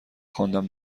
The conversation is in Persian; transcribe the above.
خواندم